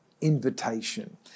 invitation